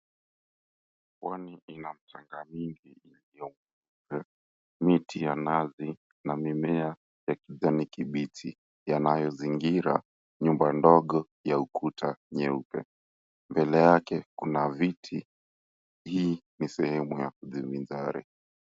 Pwani ina mchanga mingi ilio mweupe, miti ya nazi na mimea ya kijani kibichi yanayozingira nyumba ndogo ya ukuta nyeupe, mbele yake kuna viti. Hii ni sehemu ya kujivinjari.